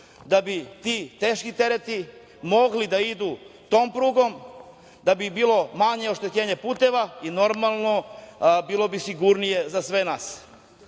da bi ti teški tereti mogli da idu tom prugom, da bi bilo manje oštećenja puteva i normalno bilo bi sigurnije za sve